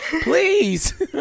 Please